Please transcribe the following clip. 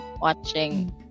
watching